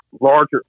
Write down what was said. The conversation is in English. larger